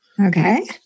Okay